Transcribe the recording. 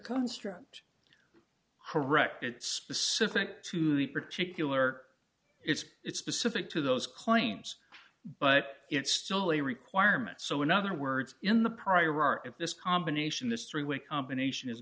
construct correct it's specific to the particular it's it's specific to those claims but it's still a requirement so in other words in the prior art if this combination this three way combination is